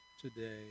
today